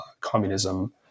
communism